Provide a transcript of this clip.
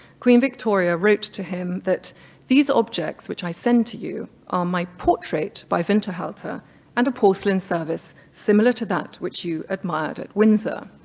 queen victoria wrote to him that these objects which i sent to you are my portrait by winterhalter and a porcelain service similar to that which you admired at windsor.